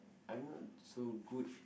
I'm not so good in